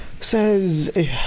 says